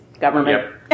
government